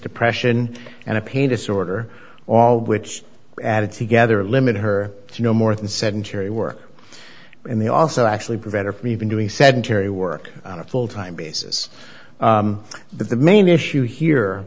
depression and a pain disorder all of which added together limit her to no more than sedentary work and they also actually prevent her from even doing said terry work on a full time basis but the main issue